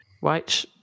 white